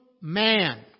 man